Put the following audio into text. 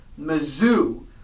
Mizzou